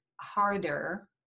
harder